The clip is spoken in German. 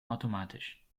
automatisch